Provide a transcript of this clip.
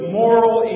moral